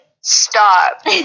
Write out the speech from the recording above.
Stop